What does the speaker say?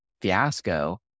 fiasco